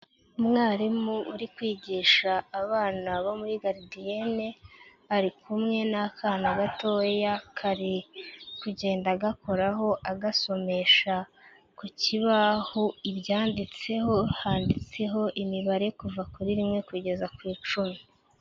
Umwarimu uri kwigisha abana bo muri garidiyene ari kumwe n'akana gatoya kari kugenda gakoraho agasomesha ku kibaho ibyanditseho, handitseho imibare kuva kuri rimwe kugeza ku icumi.